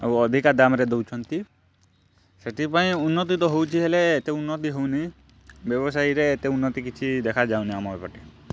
ଆଉ ଅଧିକ ଦାମରେ ଦେଉଛନ୍ତି ସେଥିପାଇଁ ଉନ୍ନତି ତ ହେଉଛି ହେଲେ ଏତେ ଉନ୍ନତି ହେଉନି ବ୍ୟବସାୟରେ ଏତେ ଉନ୍ନତି ଦେଖା ଯାଉନି ଆମର ଏପଟେ